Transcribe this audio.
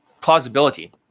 plausibility